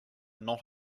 not